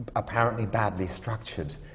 apparently badly structured,